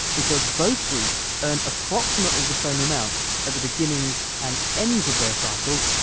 because both groups earned approximately the same amounts at the beginnings and ends of their cycles,